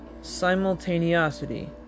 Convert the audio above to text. Simultaneosity